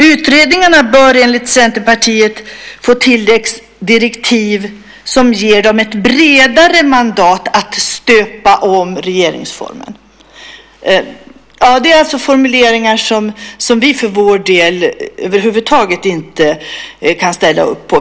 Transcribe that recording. Utredningarna bör enligt Centerpartiet få "tilläggsdirektiv som ger dem ett bredare mandat att stöpa om regeringsformen". Det är alltså formuleringar som vi för vår del över huvud taget inte kan ställa upp på.